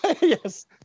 Yes